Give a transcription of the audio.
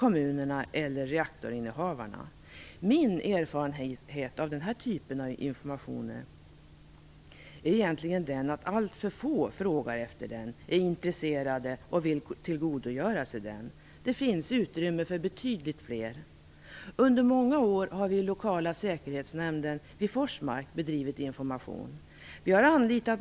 Min erfarenhet av den här typen av informationer är egentligen den, att alltför få frågar efter den, är intresserade och vill tillgodogöra sig den. Det finns utrymme för betydligt fler. Under många år har vi i lokala säkerhetsnämnden vid Forsmark bedrivit information.